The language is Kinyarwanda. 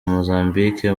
mozambique